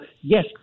yes